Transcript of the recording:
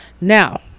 now